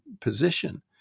position